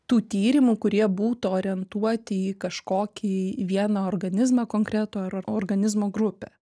tų tyrimų kurie būtų orientuoti į kažkokį vieną organizmą konkretų ar organizmo grupę